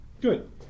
Good